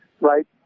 right